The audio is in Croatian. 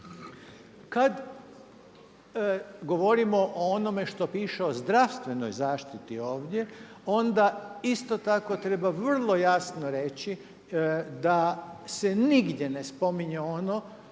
Kada govorimo o onome što piše o zdravstvenoj zaštiti ovdje onda isto tako treba vrlo jasno reći da se nigdje ne spominje ono